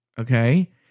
Okay